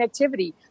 connectivity